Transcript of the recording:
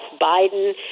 Biden